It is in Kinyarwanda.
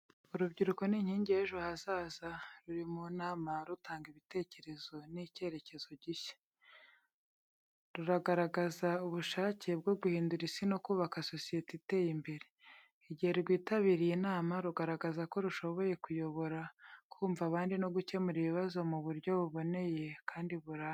Urubyiruko ni inkingi y’ejo hazaza, ruri mu nama rutanga ibitekerezo n’icyerekezo gishya. Ruragaragaza ubushake bwo guhindura isi no kubaka sosiyete iteye imbere. Igihe rwitabiriye inama, rugaragaza ko rushoboye kuyobora, kumva abandi no gukemura ibibazo mu buryo buboneye kandi burambye.